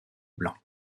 blanc